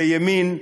לימין,